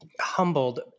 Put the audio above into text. humbled